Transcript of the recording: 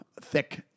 thick